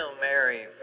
Mary